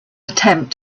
attempt